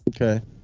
Okay